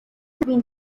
between